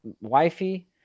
Wifey